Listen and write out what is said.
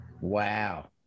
wow